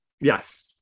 yes